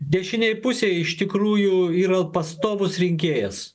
dešinėje pusėje iš tikrųjų yra pastovus rinkėjas